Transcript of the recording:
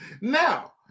Now